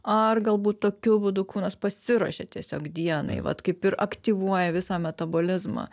ar galbūt tokiu būdu kūnas pasiruošia tiesiog dienai vat kaip ir aktyvuoja visą metabolizmą